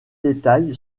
détail